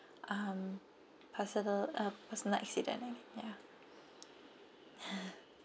um personal uh personal accident ya